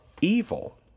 evil